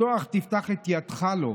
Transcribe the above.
"פתח תפתח את ידך לו",